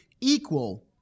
equal